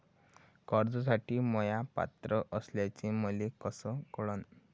कर्जसाठी म्या पात्र असल्याचे मले कस कळन?